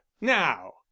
Now